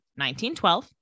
1912